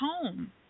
home